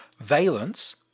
valence